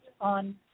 on